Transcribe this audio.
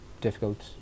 difficult